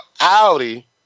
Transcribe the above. Audi